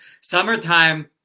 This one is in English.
summertime